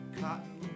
cotton